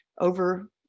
over